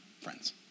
friends